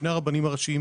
שני הרבנים הראשיים,